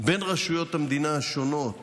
בין רשויות המדינה השונות